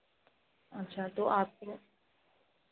अच्छा तो आपको